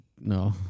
no